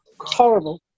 Horrible